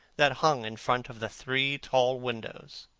that hung in front of the three tall windows.